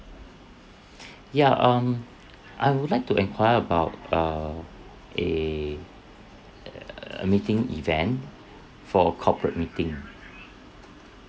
ya um I would like to enquire about err a err meeting event for a corporate meeting